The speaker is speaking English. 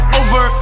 over